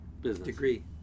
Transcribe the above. degree